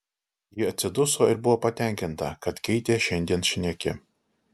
ji atsiduso ir buvo patenkinta kad keitė šiandien šneki